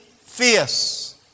fierce